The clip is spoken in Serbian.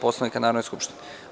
Poslovnika Narodne skupštine.